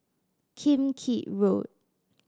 Kim Keat Road